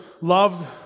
loved